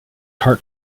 heart